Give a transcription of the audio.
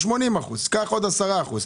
80 אחוזים,